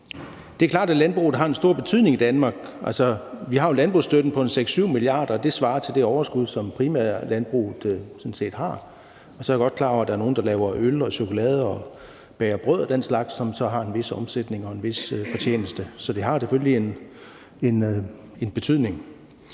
Det er klart, at landbruget har en stor betydning i Danmark. Altså, vi har jo landbrugsstøtten på en 6-7 milliarder, og det svarer til det overskud, som primærlandbruget sådan set har. Så er jeg godt klar over, at der nogle, der laver øl og chokolade og bager brød og den slags, og som så har en vis omsætning og en vis fortjeneste, så det har selvfølgelig en betydning.